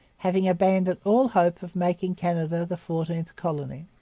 having abandoned all hope of making canada the fourteenth colony.